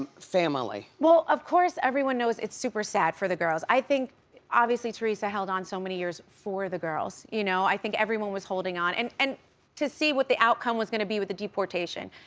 family? well, of course, everyone knows it's super sad for the girls. i think obviously teresa held on so many years for the girls, you know? i think everyone was holding on, and and to see what the outcome was gonna be with the deportation,